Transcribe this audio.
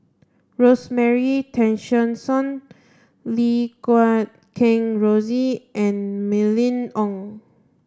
Rosemary Tessensohn Lim Guat Kheng Rosie and Mylene Ong